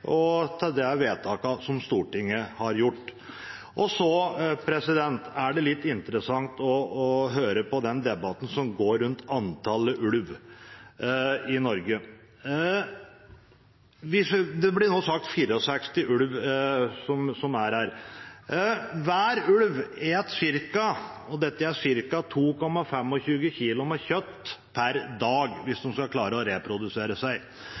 og til de vedtakene Stortinget har fattet. Det er litt interessant å høre på debatten som går om antallet ulv i Norge. Det blir nå sagt at det er 64 ulver her. Hver ulv eter ca. 2,25 kg kjøtt per dag hvis de skal klare å reprodusere seg. Hvis man tar 2,25 kg og ganger med 64 ulver, blir det 144 kg per dag.